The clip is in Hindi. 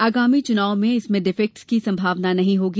आगामी चुनाव में इसमें डिफेक्ट्स की संभावना नहीं होगी